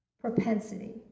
propensity